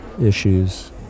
Issues